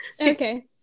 okay